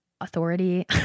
authority